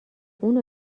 اونو